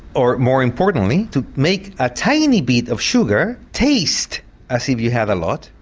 or more importantly to make a tiny bit of sugar taste as if you have a lot,